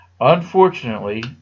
Unfortunately